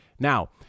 Now